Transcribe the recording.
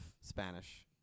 Spanish